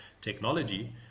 technology